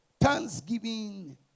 Thanksgiving